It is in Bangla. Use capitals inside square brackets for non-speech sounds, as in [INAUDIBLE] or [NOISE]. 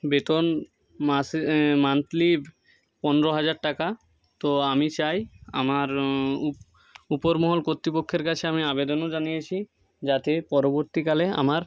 বেতন মাসে মান্থলি পনেরো হাজার টাকা তো আমি চাই আমার [UNINTELLIGIBLE] উপর মহল কর্তৃপক্ষের কাছে আমি আবেদনও জানিয়েছি যাতে পরবর্তীকালে আমার